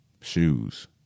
Shoes